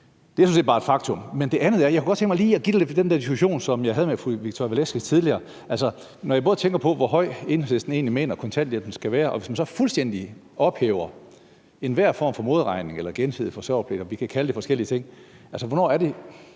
Det er sådan set bare et faktum. Jeg kunne godt tænke mig lige at blive lidt ved den diskussion, som jeg havde med fru Victoria Velasquez tidligere. Når jeg tænker på, hvor høj Enhedslisten egentlig mener kontanthjælpen skal være, og hvis man så fuldstændig ophæver enhver form for modregning eller gensidig forsørgerpligt – vi kan kalde det forskellige ting – hvornår er det,